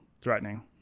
threatening